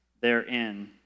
therein